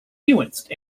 nuanced